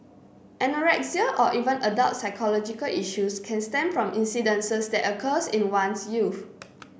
anorexia or even adult psychological issues can stem from incidences that occurs in one's youth